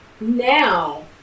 now